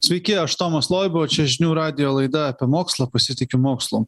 sveiki aš tomas loiba o čia žinių radijo laida apie mokslo pasitikiu mokslu